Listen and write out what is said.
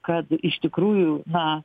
kad iš tikrųjų na